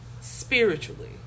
spiritually